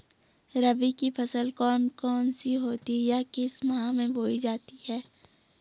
रबी की फसल कौन कौन सी होती हैं या किस महीने में बोई जाती हैं?